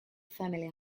family